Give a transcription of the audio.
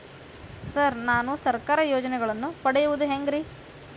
Sir ನಾನು ಸರ್ಕಾರ ಯೋಜೆನೆಗಳನ್ನು ಪಡೆಯುವುದು ಹೆಂಗ್ರಿ?